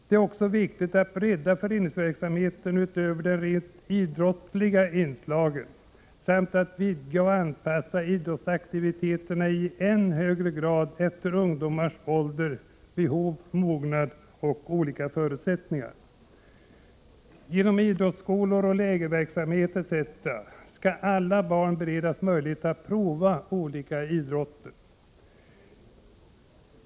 Det är också viktigt att bredda föreningsverksamheten utöver de rent idrottsliga inslagen samt att vidga och i än högre grad anpassa idrottsaktiviteterna efter ungdomars ålder, behov, mognad och förutsättningar. Genom idrottsskolor, lägerverksamhet etc. skall alla barn beredas möjligheter att prova olika idrotter.